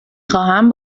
خواهم